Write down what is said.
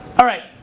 all right,